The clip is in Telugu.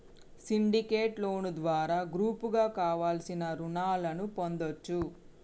సిండికేట్ లోను ద్వారా గ్రూపుగా కావలసిన రుణాలను పొందొచ్చు